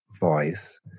voice